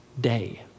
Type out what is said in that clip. day